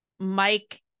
Mike